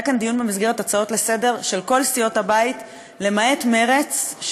היה כאן דיון במסגרת הצעות לסדר-היום של כל סיעות הבית למעט מרצ.